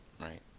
right